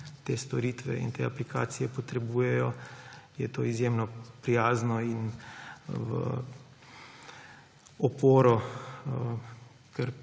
in te aplikacije potrebujejo, je to izjemno prijazno in v oporo, kar